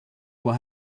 while